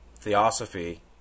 theosophy